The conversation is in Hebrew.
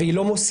והיא לא מוסיפה.